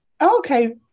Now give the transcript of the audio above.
Okay